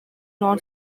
non